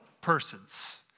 persons